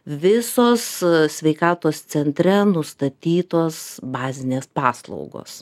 visos sveikatos centre nustatytos bazinės paslaugos